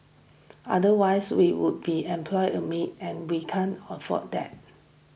otherwise we would be employ a maid and we can afford that